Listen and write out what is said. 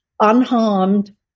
unharmed